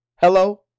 Hello